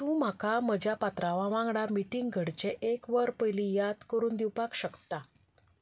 तूं म्हाका म्हज्या पात्रांवा वांगडा मिटिंग घडचे एक वर पयलीं याद करून दिवपाक शकता